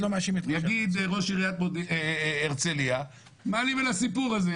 יגיד ראש עיריית הרצליה: מה לי ולסיפור הזה?